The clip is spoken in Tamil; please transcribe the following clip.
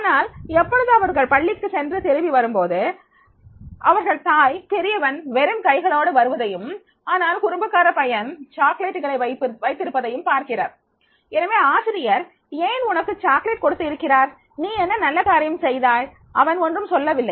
ஆனால் எப்பொழுது அவர்கள் பள்ளிக்கு சென்று திரும்பி வரும்போது அவர்கள் தாய் பெரியவன் வெறும் கைகளோடு வருவதையும் ஆனால்குறும்புக்கார பையன் சாக்லெட்டுகளை வைத்திருப்பதையும் பார்க்கிறார் எனவே ஆசிரியர் ஏன் உனக்கு சாக்லேட் கொடுத்து இருக்கிறார் நீ என்ன நல்ல காரியம் செய்தாய் அவன் ஒன்றும் சொல்லவில்லை